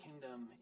kingdom